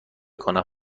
کنم